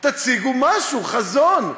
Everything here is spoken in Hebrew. תציגו משהו, חזון.